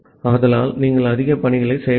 ஆகவே நீங்கள் அதிக பணிகளைச் செய்யவில்லை